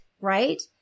right